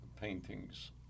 paintings